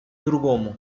другому